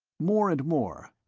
more and more,